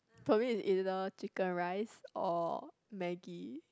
probably it is either chicken rice or maggi